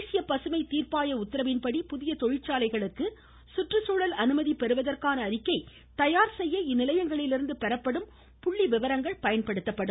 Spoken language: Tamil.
தேசிய பசுமை தீர்ப்பாய உத்தரவின்படி புதிய தொழிற்சாலைகளுக்கு சுற்றுச்சூழல் அனுமதி பெறுவதற்கான அறிக்கை தயார் செய்ய இந்நிலையங்களிலிருந்து பெறப்படும் புள்ளி விவரங்கள் பயன்படுத்தப்படும்